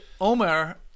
Omer